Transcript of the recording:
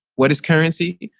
what is currency?